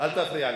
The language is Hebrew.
אל תפריע לי,